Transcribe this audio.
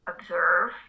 Observe